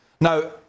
Now